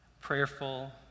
prayerful